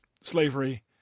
slavery